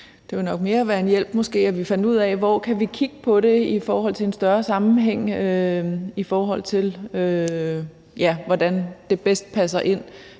Det ville nok være en hjælp, måske, at vi fandt ud af, hvor vi kan kigge på det i forhold til en større sammenhæng, og i forhold til hvordan det bedst passer ind.